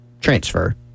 transfer